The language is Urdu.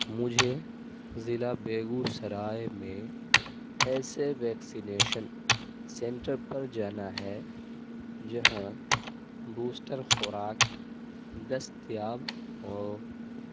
مجھے ضلع بیگو سرائے میں ایسے ویکسینیشن سنٹر پر جانا ہے جہاں بوسٹر خوراک دستیاب ہو